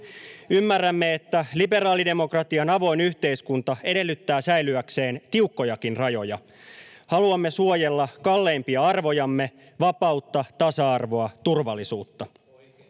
Ymmärrämme, että liberaalidemokratian avoin yhteiskunta edellyttää säilyäkseen tiukkojakin rajoja. Haluamme suojella kalleimpia arvojamme: vapautta, tasa-arvoa ja turvallisuutta.